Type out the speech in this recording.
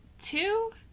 Two